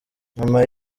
nyuma